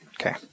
Okay